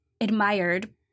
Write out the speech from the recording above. admired